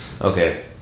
Okay